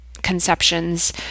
Conceptions